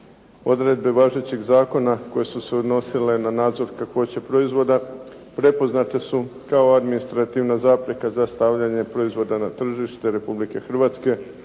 Odredbe važećeg zakona koje su se odnosile na nadzor kakvoće proizvoda prepoznate su kao administrativna zapreka za stavljanje proizvoda na tržište Republike Hrvatske,